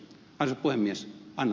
arvoisa puhemies